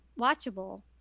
watchable